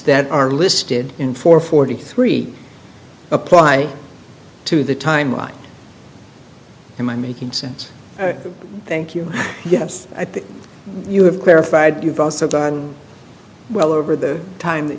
that are listed in four forty three apply to the time line in my making sense thank you yes i think you have clarified you've also done well over the time that